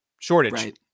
Shortage